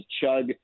chug